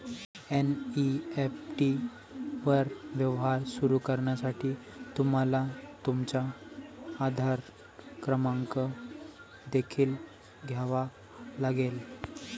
NEFT वर व्यवहार सुरू करण्यासाठी तुम्हाला तुमचा आधार क्रमांक देखील द्यावा लागेल